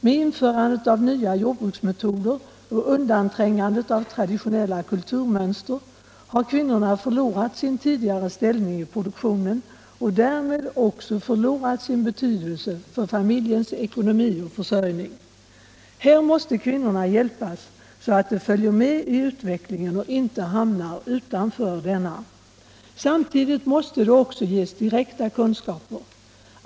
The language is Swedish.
Med införandet av nya jordbruksmetoder och undanträngandet av traditionella kulturmönster har kvinnorna förlorat sin tidigare ställning i produktionen och därmed också förlorat sin betydelse för familjens ekonomi och försörjning. Här måste kvinnorna hjälpas, så att de följer med i utvecklingen och inte hamnar utanför denna. Samtidigt måste de också ges direkta kunskaper.